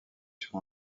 sur